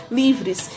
livres